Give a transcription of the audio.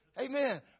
Amen